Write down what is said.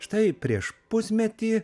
štai prieš pusmetį